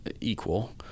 equal